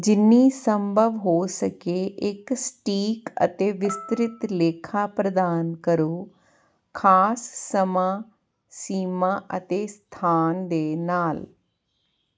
ਜਿੰਨੀ ਸੰਭਵ ਹੋ ਸਕੇ ਇੱਕ ਸਟੀਕ ਅਤੇ ਵਿਸਤ੍ਰਿਤ ਲੇਖਾ ਪ੍ਰਦਾਨ ਕਰੋ ਖਾਸ ਸਮਾਂ ਸੀਮਾ ਅਤੇ ਸਥਾਨ ਦੇ ਨਾਲ